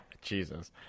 Jesus